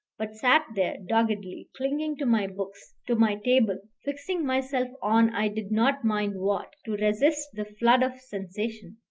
but sat there doggedly, clinging to my books, to my table, fixing myself on i did not mind what, to resist the flood of sensation,